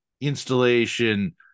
installation